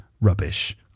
rubbish